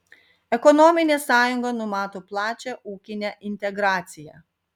ekonominė sąjunga numato plačią ūkinę integraciją